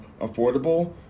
affordable